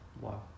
Wow